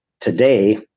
today